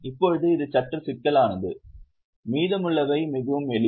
இப்போது இது சற்று சிக்கலானது மீதமுள்ளவை மிகவும் எளிது